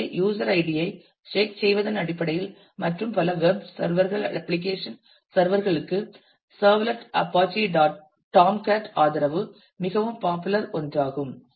எனவே யூஸர் ஐடியை ஷேக் செய்வதன் அடிப்படையில் மற்றும் பல வெப் சர்வர் கள் அப்ளிகேஷன் சர்வர் களுக்கு சர்வ்லெட் அப்பாச்சி டோம்காட் ஆதரவு மிகவும் பாப்புலர் ஒன்றாகும்